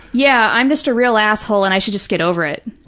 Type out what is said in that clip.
yeah. i'm just a real asshole and i should just get over it.